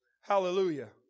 Hallelujah